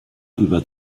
über